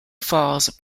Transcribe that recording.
falls